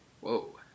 Whoa